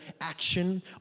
action